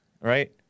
right